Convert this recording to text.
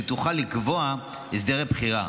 היא תוכל לקבוע הסדרי בחירה,